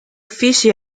uffici